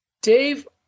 Dave